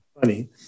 funny